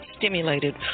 Stimulated